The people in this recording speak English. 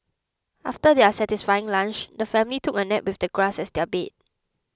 after their satisfying lunch the family took a nap with the grass as their bed